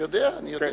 אני יודע, אני יודע.